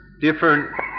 different